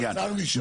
של השר נשאר.